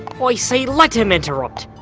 coin i say let him interrupt,